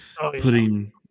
putting